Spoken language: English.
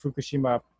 Fukushima